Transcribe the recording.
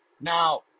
Now